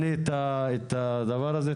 ענית את הדבר הזה,